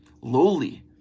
lowly